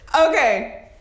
Okay